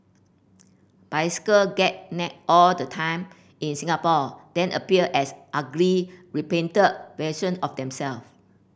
bicycle get nicked all the time in Singapore then appear as ugly repainted version of themselves